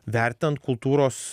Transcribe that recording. vertinant kultūros